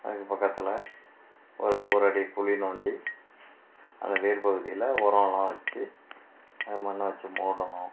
அதுக்கு பக்கத்தில் ஒரு ஒரு அடி குழி நோண்டி அந்த வேர் பகுதியில் உரம்லாம் வச்சு அந்த மண்ணை வச்சு மூடணும்